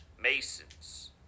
Masons